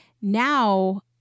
now